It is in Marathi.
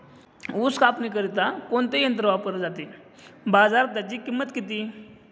ऊस कापणीकरिता कोणते यंत्र वापरले जाते? बाजारात त्याची किंमत किती?